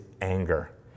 anger